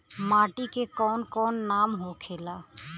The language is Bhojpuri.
माटी के कौन कौन नाम होखेला?